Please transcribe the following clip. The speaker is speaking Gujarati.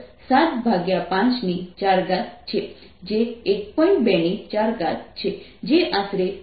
Power Green light15004 Power red light17004 Power Power 7541